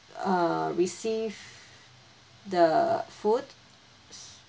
err receive the food